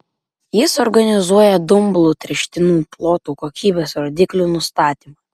jis organizuoja dumblu tręštinų plotų kokybės rodiklių nustatymą